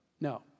No